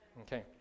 Okay